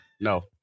No